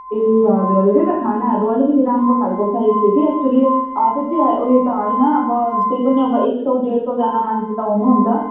ए हजुर हजुर त्यही त खानाहरू अलिकति राम्रो खाले चाहिएको थियो के एक्चुली त्यति उयो त होइन अब त्यही पनि अब एक सय डेढ सयजना मान्छे त हुनु हुन्छ